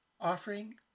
Offering